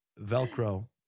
velcro